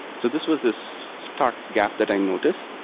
so this was this start gap that i noticed.